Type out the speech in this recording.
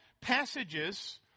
passages